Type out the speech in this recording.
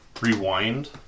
rewind